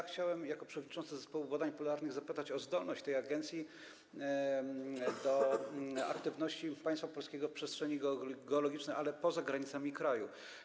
Chciałem jako przewodniczący zespołu ds. badań polarnych zapytać o zdolność tej agencji do kreowania aktywności państwa polskiego w przestrzeni geologicznej, ale poza granicami kraju.